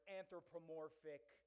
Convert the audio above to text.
anthropomorphic